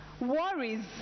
worries